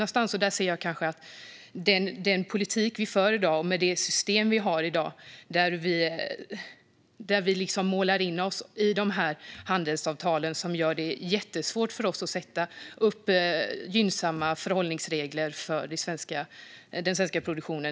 Jag tycker att det finns större problem med den politik vi för i dag och med det system vi har. Vi målar in oss i handelsavtal som gör det jättesvårt för oss att ställa upp gynnsamma förhållningsregler för den svenska produktionen.